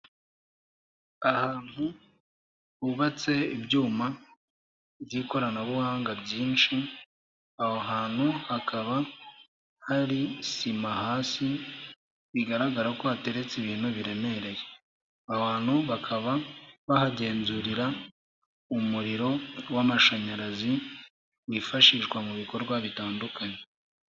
Ahantu hubatse ibyuma by'ikoranabuhanga byinshi, aho hantu hakaba hari sima hasi bigaragara ko hateretse ibintu biremereye, abantu bakaba bahagenzurira umuriro w'amashanyarazi wifashishwa mu bikorwa bitandukanye.